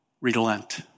relent